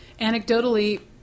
anecdotally